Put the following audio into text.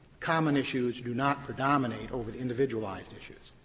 common issues do not predominate over the individualized issues.